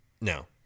No